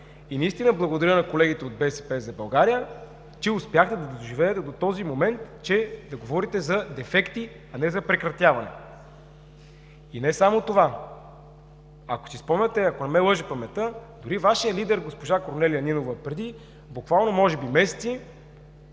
И наистина благодаря на колегите от „БСП за България“, че успяха да доживеят до този момент, че да говорите за дефекти, а не за прекратяване. И не само това! Ако си спомняте, ако не ме лъже паметта, дори с Вашия лидер госпожа Корнелия Нинова преди, буквално може би месеци